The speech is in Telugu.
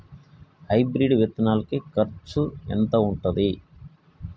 హైబ్రిడ్ విత్తనాలకి కరుసు ఎంత ఉంటది?